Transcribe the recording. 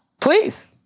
Please